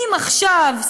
אם עכשיו,